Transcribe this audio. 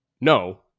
no